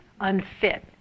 unfit